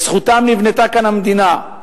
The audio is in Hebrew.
בזכותם נבנתה כאן המדינה,